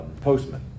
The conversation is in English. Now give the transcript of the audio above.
postman